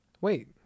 Wait